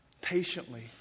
Patiently